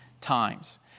times